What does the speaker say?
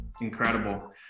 Incredible